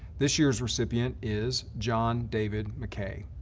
this year's recipient is john david mckay.